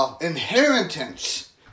inheritance